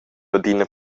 adina